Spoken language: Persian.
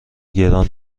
گران